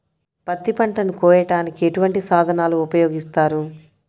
పత్తి పంటను కోయటానికి ఎటువంటి సాధనలు ఉపయోగిస్తారు?